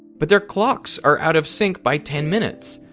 but their clocks are out of sync by ten minutes.